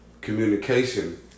Communication